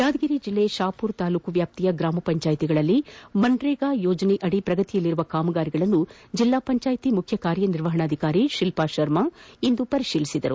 ಯಾದಗಿರಿ ಜಲ್ಲೆ ಕಹಾಮರ ತಾಲ್ಲೂಕು ವ್ಯಾಪ್ತಿಯ ಗ್ರಾಮ ಪಂಜಾಯಿತಿಗಳಲ್ಲಿ ಮನ್ನೇಗಾ ಯೋಜನೆಯಡಿ ಪ್ರಗತಿಯಲ್ಲಿರುವ ಕಾಮಗಾರಿಗಳನ್ನು ಜಲ್ಲಾ ಪಂಚಾಯಿತಿ ಮುಖ್ಯ ಕಾರ್ಯನಿರ್ವಹಣಾಧಿಕಾರಿ ಶಿಲ್ಪಾ ಶರ್ಮಾ ಇಂದು ಪರಿತೀಲಿಸಿದರು